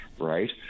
right